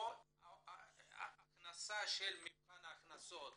או מבחן הכנסה,